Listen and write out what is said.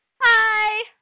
Hi